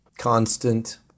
constant